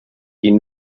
die